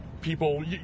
people